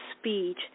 speech